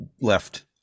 left